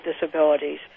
disabilities